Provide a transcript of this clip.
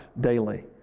daily